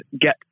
get